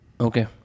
Okay